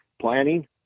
planning